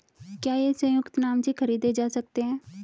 क्या ये संयुक्त नाम से खरीदे जा सकते हैं?